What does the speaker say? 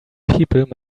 people